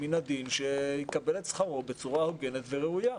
מן הדין שיקבל את שכרו בצורה הוגנת וראויה.